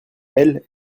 elle